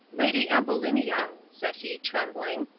lady ambulinia, said he, trembling,